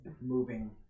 moving